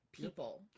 People